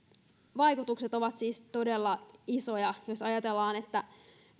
vaikutukset ovat siis todella isoja jos ajatellaan että